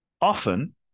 often